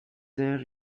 there